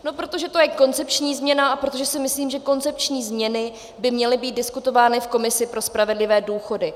No protože to je koncepční změna a protože si myslím, že koncepční změny by měly být diskutovány v komisi pro spravedlivé důchody.